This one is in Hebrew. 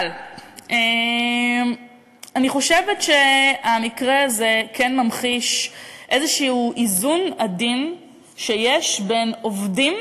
אבל אני חושבת שהמקרה הזה כן ממחיש איזשהו איזון עדין שיש בין עובדים